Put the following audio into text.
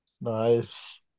nice